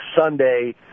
Sunday